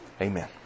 Amen